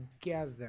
together